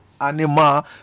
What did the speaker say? animal